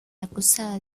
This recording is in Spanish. acusada